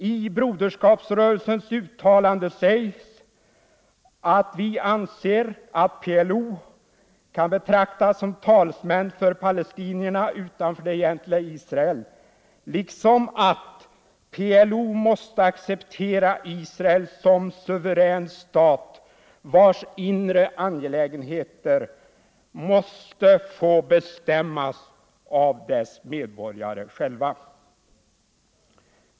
I Broderskapsrörelsens uttalande sägs att vi anser att PLO kan betraktas som talesmän för palestinierna utanför det egentliga Israel liksom att PLO måste acceptera Israel som suverän stat, vars inre angelägenheter måste få bestämmas av dess medborgare själva.